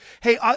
Hey